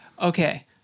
Okay